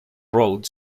road